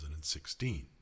2016